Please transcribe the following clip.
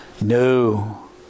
No